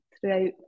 throughout